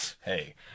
Hey